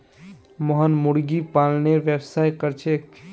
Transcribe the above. मोहन मुर्गी पालनेर व्यवसाय कर छेक